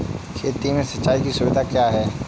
खेती में सिंचाई की सुविधा क्या है?